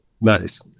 Nice